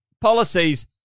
policies